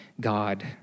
God